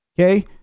okay